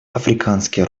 африканский